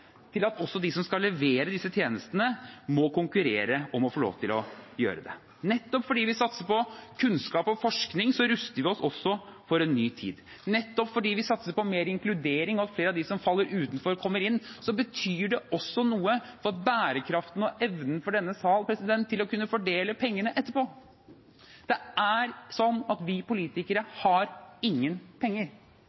til at også de som skal levere disse tjenestene, må konkurrere om å få lov til å gjøre det. Nettopp fordi vi satser på kunnskap og forskning, ruster vi oss også for en ny tid. Nettopp fordi vi satser på mer inkludering og at flere av de som faller utenfor, kommer inn, betyr det også noe for bærekraften og evnen for denne sal til å kunne fordele pengene etterpå. Vi politikere